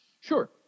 Sure